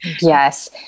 Yes